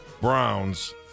Browns